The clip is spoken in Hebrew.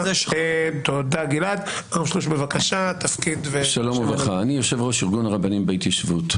שלום וברכה, אני יושב-ראש רבנים בהתיישבות.